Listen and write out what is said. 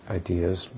ideas